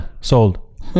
sold